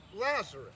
Lazarus